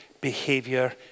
behavior